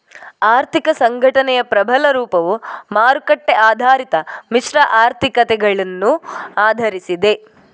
ಆರ್ಥಿಕ ಸಂಘಟನೆಯ ಪ್ರಬಲ ರೂಪವು ಮಾರುಕಟ್ಟೆ ಆಧಾರಿತ ಮಿಶ್ರ ಆರ್ಥಿಕತೆಗಳನ್ನು ಆಧರಿಸಿದೆ